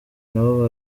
nabo